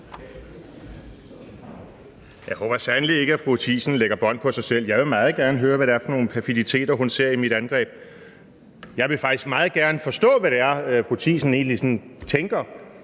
Jeg håber sandelig ikke, at fru Mette Thiesen lægger bånd på sig selv. Jeg vil meget gerne høre, hvad det er for nogle perfiditeter, hun ser i mit angreb. Jeg vil faktisk meget gerne forstå, hvad det er, fru Mette Thiesen egentlig tænker,